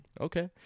okay